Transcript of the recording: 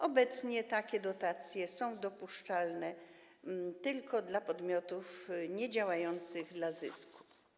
Obecnie takie dotacje są dopuszczalne tylko w przypadku podmiotów niedziałających dla zysku.